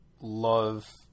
love